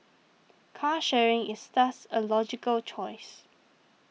car sharing is thus a logical choice